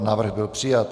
Návrh byl přijat.